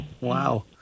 Wow